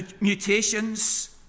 mutations